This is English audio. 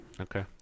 Okay